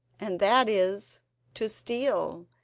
and that is to steal,